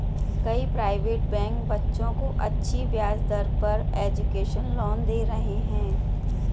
कई private bank बच्चों को अच्छी ब्याज दर पर एजुकेशन लोन दे रहे है